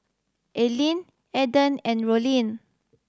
Aylin Eden and Rollin